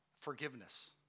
forgiveness